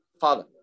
Father